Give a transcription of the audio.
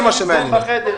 הם בחדר.